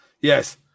Yes